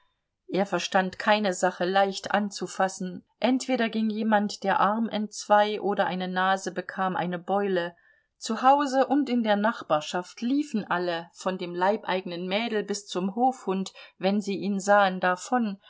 er verstand keine sache leicht anzufassen entweder ging jemand der arm entzwei oder eine nase bekam eine beule zu hause und in der nachbarschaft liefen alle von dem leibeigenen mädel bis zum hofhund wenn sie ihn sahen davon